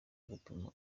gupima